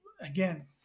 again